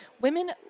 Women